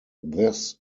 this